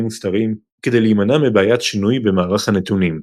מוסתרים היא כדי להימנע מבעיית שינוי במערך הנתונים.